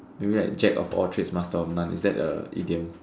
maybe like jack of all trades master of none is that a idiom